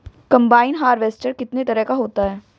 Combine harvester कितने तरह का होता है?